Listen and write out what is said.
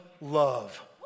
love